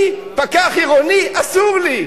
אני, פקח עירוני, אסור לי.